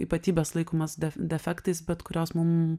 ypatybes laikomas defektais bet kurios mum